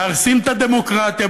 מהרסים את הדמוקרטיה.